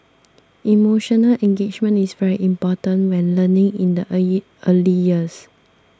emotional engagement is very important when learning in the early years